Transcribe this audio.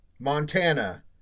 Montana